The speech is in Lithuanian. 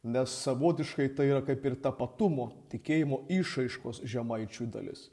nes savotiškai tai yra kaip ir tapatumo tikėjimo išraiškos žemaičių dalis